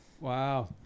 Wow